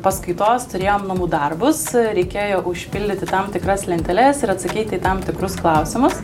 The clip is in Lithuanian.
paskaitos turėjom namų darbus reikėjo užpildyti tam tikras lenteles ir atsakyt į tam tikrus klausimus